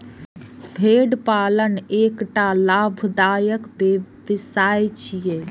भेड़ पालन एकटा लाभदायक व्यवसाय छियै